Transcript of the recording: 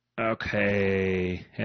okay